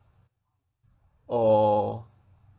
or